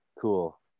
cool